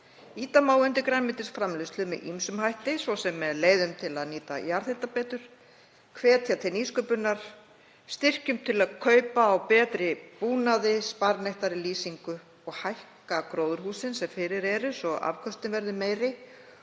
Ýta má undir grænmetisframleiðslu með ýmsum hætti, svo sem með leiðum til að nýta jarðhita betur, hvetja til nýsköpunar, með styrkjum til kaupa á betri búnaði og sparneytnari lýsingu og hækka gróðurhúsin sem fyrir eru svo afköstin verði meiri